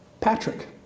Patrick